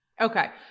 Okay